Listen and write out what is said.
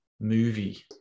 movie